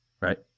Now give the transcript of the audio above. right